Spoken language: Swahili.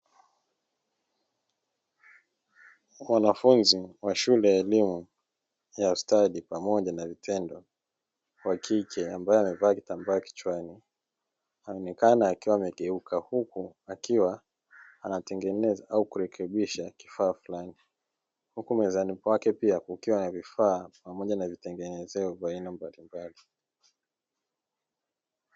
Mwanafunzi wa shule ya elimu ya ustadi pamoja na vitendo, wa kike ambaye amevaa kitambaa kichwani, anaonekana akiwa amegeuka huku akiwa anatengeneza au kurekebisha kifaa fulani. Huku mezani kwakwe pia kukiwa na vifaa pamoja na vitengenezeo vya aina mbalimbali.